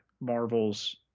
marvel's